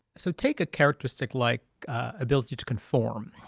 so take a characteristic like ability to conform.